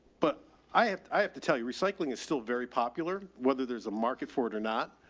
but i have, i have to tell you, recycling, it's still very popular whether there's a market for it or not.